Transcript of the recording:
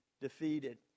defeated